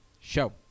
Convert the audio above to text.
show